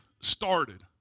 started